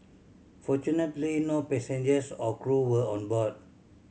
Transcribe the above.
fortunately no passengers or crew were on board